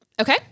Okay